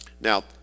Now